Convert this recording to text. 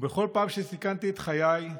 ובכל פעם שסיכנתי את חיי,